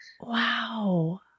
Wow